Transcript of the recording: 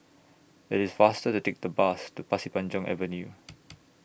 IT IS faster to Take The Bus to Pasir Panjang Avenue